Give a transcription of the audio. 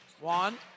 Juan